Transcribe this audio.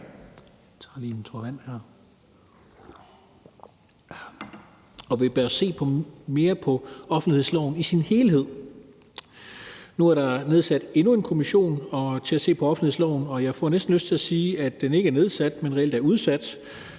og vi bør se mere på offentlighedsloven i sin helhed. Nu er der nedsat endnu en kommission til at se på offentlighedsloven, og jeg får næsten lyst til at sige, at den ikke er nedsat, men reelt er udsat,